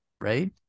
right